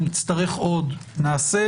נצטרך עוד נעשה.